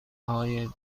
های